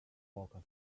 focus